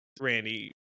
randy